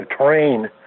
train